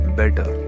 better